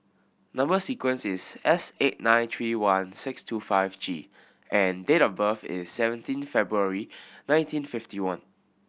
number sequence is S eight nine three one six two five G and date of birth is seventeen February nineteen fifty one